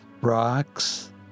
rocks